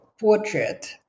portrait